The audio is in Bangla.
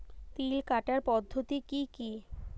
তিল কাটার পদ্ধতি কি কি?